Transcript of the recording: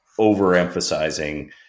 overemphasizing